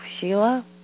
Sheila